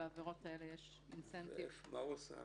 בעבירות האלה יש אינסנטיב -- מה הוא עשה?